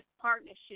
partnership